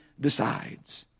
decides